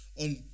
on